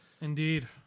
Indeed